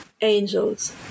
angels